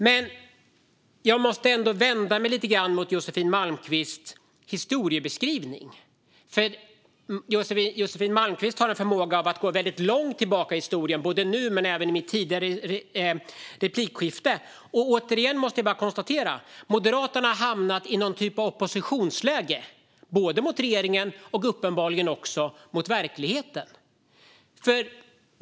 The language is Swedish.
Men jag måste ändå vända mig lite grann mot Josefin Malmqvists historieskrivning. Josefin Malmqvist har en förmåga att gå väldigt långt tillbaka i historien, både nu och även i vårt tidigare replikskifte. Återigen måste jag konstatera att Moderaterna har hamnat i någon typ av oppositionsläge, både mot regeringen och uppenbarligen också mot verkligheten.